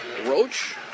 Roach